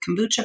kombucha